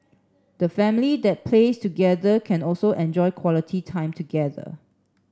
the family that plays together can also enjoy quality time together